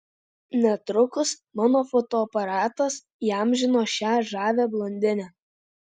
netrukus mano fotoaparatas įamžino šią žavią blondinę